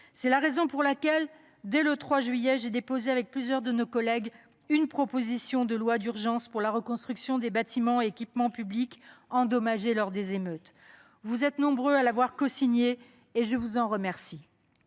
C’est la raison pour laquelle, dès le 3 juillet dernier, j’ai déposé, avec plusieurs autres sénateurs, une proposition de loi d’urgence pour la reconstruction des bâtiments et équipements publics endommagés lors des émeutes. Mes chers collègues, vous êtes nombreux à l’avoir cosignée, et je vous en remercie.